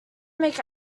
make